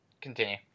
continue